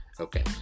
Okay